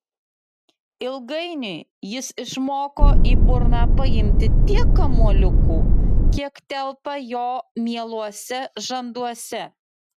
ilgainiui jis išmoko į burną paimti tiek kamuoliukų kiek telpa jo mieluose žanduose